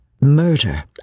murder